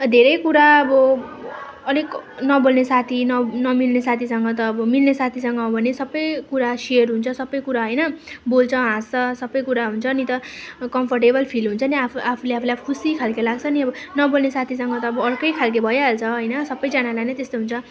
धेरै कुरा अब अलिक नबोल्ने साथी नमिल्ने साथीसँग त अब मिल्ने साथीसँग हो भने त सबै सेयर हुन्छ सबै कुरा होइन बोल्छ हाँस्छ सबैकुरा हुन्छ नि त कमफर्टेबल फिल हुन्छ नि आफूले आफूलाई खुशी खालको लाग्छ नि अब नबोल्ने साथीसँग त अब अर्कै खालको भइहाल्छ होइन सबैजनालाई नै त्यस्तो हुन्छ